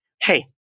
Hey